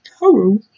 Hello